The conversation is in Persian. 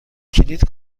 کلید